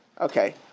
Okay